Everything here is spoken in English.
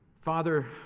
Father